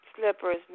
slippers